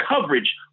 coverage